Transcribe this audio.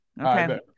Okay